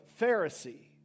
Pharisee